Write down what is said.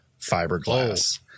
fiberglass